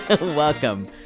welcome